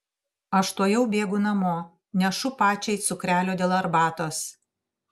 aš tuojau bėgu namo nešu pačiai cukrelio dėl arbatos